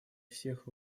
всех